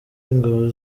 ingabo